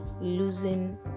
losing